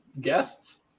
guests